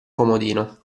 comodino